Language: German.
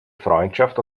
freundschaft